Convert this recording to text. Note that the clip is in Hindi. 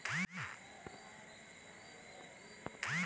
नायलॉन का जाल कई बार समुद्र आदि में छूट जाते हैं